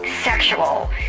sexual